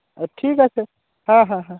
ঠিক আছে হ্যাঁ হ্যাঁ হ্যাঁ